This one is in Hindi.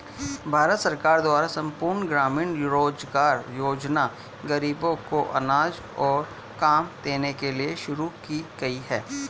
भारत सरकार द्वारा संपूर्ण ग्रामीण रोजगार योजना ग़रीबों को अनाज और काम देने के लिए शुरू की गई है